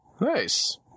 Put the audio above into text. nice